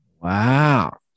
Wow